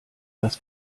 das